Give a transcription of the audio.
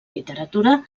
literatura